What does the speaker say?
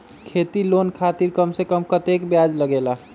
खेती लोन खातीर कम से कम कतेक ब्याज लगेला?